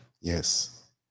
Yes